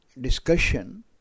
discussion